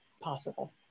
possible